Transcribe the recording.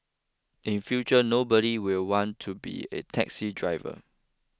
in future nobody will want to be a taxi driver